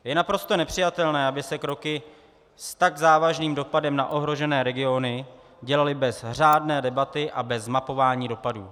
Je naprosto nepřijatelné, aby se kroky s tak závažným dopadem na ohrožené regiony dělaly bez řádné debaty a bez mapování dopadů.